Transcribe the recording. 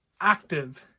active